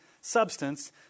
substance